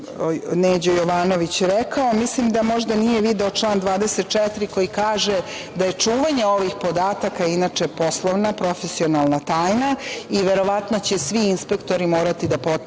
Neđo Jovanović rekao, mislim da možda nije video član 24. koji kaže da je čuvanje ovih podataka inače poslovna profesionalna tajna i verovatno će svi inspektori morati da potpišu